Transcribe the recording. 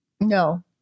No